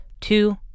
Two